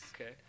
Okay